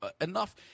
enough